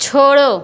छोड़ो